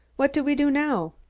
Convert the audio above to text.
what do we do now?